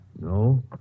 No